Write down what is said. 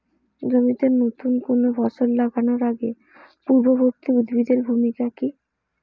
জমিতে নুতন কোনো ফসল লাগানোর আগে পূর্ববর্তী উদ্ভিদ এর ভূমিকা কি?